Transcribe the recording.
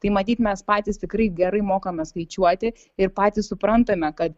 tai matyt mes patys tikrai gerai mokame skaičiuoti ir patys suprantame kad